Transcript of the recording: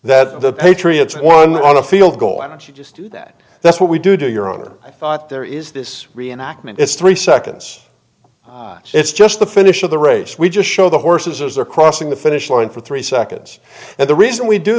that the patriots won on a field goal and she just did that that's what we do to your honor i thought there is this reenactment it's three seconds it's just the finish of the race we just show the horses are crossing the finish line for three seconds and the reason we do